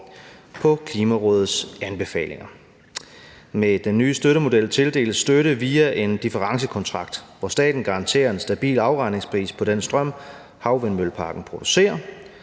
Klimarådets anbefalinger. Med den ny støttemodel tildeles støtte via en differencekontrakt, hvor staten garanterer en stabil afregningspris på den strøm, havvindmølleparken producerer.